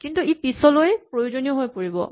কিন্তু পিছলৈ ই প্ৰয়োজনীয় হৈ পৰিব